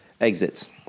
exits